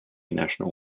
national